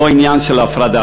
לא עניין של הפרדה.